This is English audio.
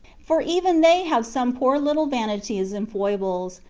for even they have some poor little vanities and foibles,